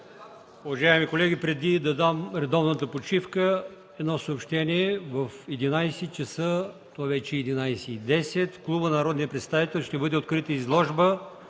Уважаеми колеги, преди да дам редовната почивка, едно съобщение. В 11,00 ч., вече е 11,10 ч., в Клуба на народния представител ще бъде открита изложба